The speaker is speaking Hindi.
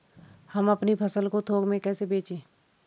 हम अपनी फसल को थोक में कैसे बेचें?